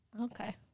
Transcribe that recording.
Okay